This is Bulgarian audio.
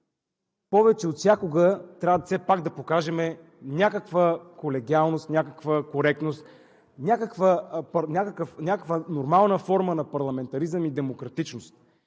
повече от всякога трябва все пак да покажем някаква колегиалност, някаква коректност, някаква нормална форма на парламентаризъм и демократичност,